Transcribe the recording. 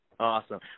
Awesome